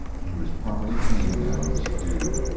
he was properly tame now and subdued.